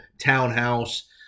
townhouse